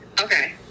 Okay